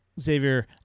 Xavier